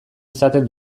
izaten